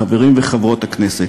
חברי וחברות הכנסת,